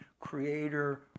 creator